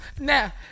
Now